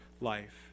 life